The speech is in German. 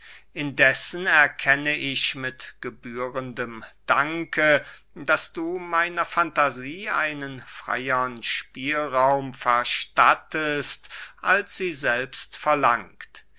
indessen erkenne ich mit gebührendem danke daß du meiner fantasie einen freyern spielraum verstattest als sie selbst verlangt